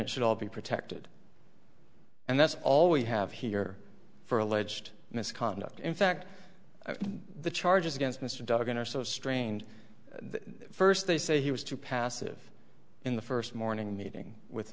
it should all be protected and that's all we have here for alleged misconduct in fact the charges against mr duggan are so strained first they say he was too passive in the first morning meeting with